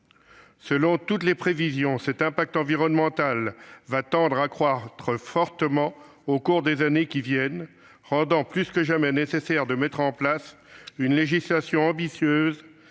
Selon toutes les prévisions, cet impact environnemental va tendre à croître fortement au cours des années à venir, rendant plus que jamais nécessaire la mise en place d'une législation ambitieuse,